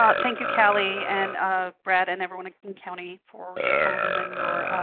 um thank you, calli, and ah brad, and everyone county for your time and your